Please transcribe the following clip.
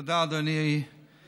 תודה, אדוני היושב-ראש.